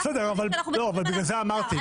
בגלל זה אמרתי,